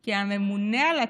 כי הממונה על התאגידים,